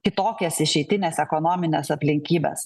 kitokias išeitines ekonomines aplinkybes